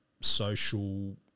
social